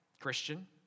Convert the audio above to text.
Christian